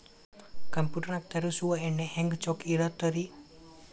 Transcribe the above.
Computer ನಾಗ ತರುಸುವ ಎಣ್ಣಿ ಹೆಂಗ್ ಚೊಕ್ಕ ಇರತ್ತ ರಿ?